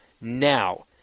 now